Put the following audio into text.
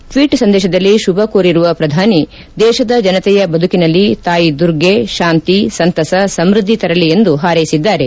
tweet ಸಂದೇಶದಲ್ಲಿ ಶುಭ ಕೋರಿರುವ ಶ್ರಧಾನಿ ದೇಶದ ಜನತೆಯ ಬದುಕಿನಲ್ಲಿ ತಾಯಿ ದುರ್ಗೆ ಶಾಂತಿ ಸಂತಸ ಸಮೃದ್ಧಿ ತರಲಿ ಎಂದು ಹಾರೈಸಿದ್ದಾರೆ